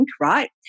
Right